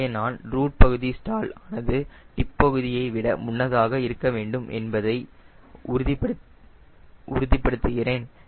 எனவே நான் ரூட் பகுதி ஸ்டால் ஆனது டிப் பகுதி ஐ விட முன்னதாக இருக்க வேண்டும் என்பதை உறுதிப்படுத்துகிறேன்